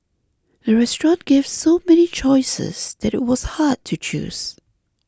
the restaurant gave so many choices that it was hard to choose